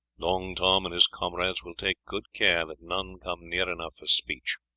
long tom and his comrades will take good care that none come near enough for speech.